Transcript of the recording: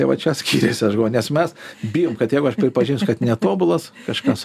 tai va čia skyriasi aš galvoju nes mes bijom kad jeigu aš pripažinsiu kad netobulas kažkas